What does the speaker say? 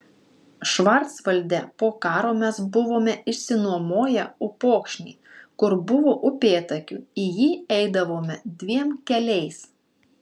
švarcvalde po karo mes buvome išsinuomoję upokšnį kur buvo upėtakių į jį eidavome dviem keliais